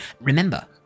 Remember